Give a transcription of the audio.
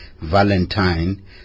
Valentine